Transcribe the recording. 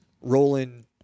rolling